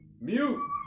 Mute